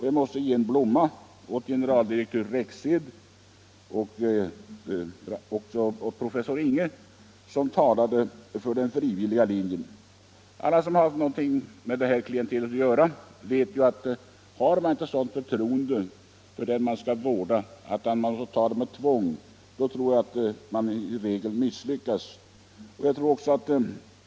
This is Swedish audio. Jag måste ge en blomma åt generaldirektör Rexed och professor Inghe som har talat för den frivilliga linjen. Alla som har haft med detta klientel att göra känner till att tvångsintagning i regel misslyckas.